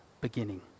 beginning